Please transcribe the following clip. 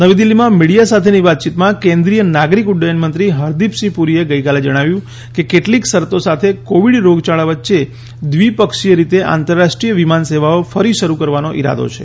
નવી દિલ્હીમાં મીડિયા સાથેની વાતયીતમા કેન્દ્રીય નાગરિક ઉડ્ડયનમંત્રી હરદીપસિંહ પુરીએ ગઇકાલે જણાવ્યું કે કેટલીક શરતો સાથે કોવિડ રોગયાળા વચ્ચે દ્વિપક્ષીય રીતે આંતરરાષ્ટ્રીય વિમાન સેવાઓ ફરી શરૂ કરવાનો ઇરાદો છે